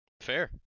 Fair